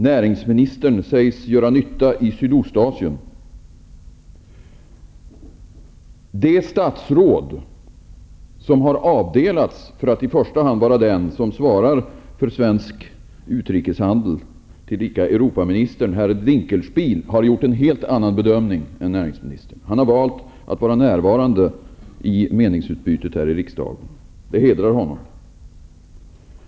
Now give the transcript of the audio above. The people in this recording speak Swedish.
Näringsministern sägs göra nytta i Sydostasien. Det statsråd som har avdelats för att i första hand vara den som svarar för svensk utrikeshandel och tillika Europaminister, herr Dinkelspiel, har gjort en helt annan bedömning än näringsministern. Han har valt att vara närvarande i meningsutbytet här i riksdagen. Det hedrar honom.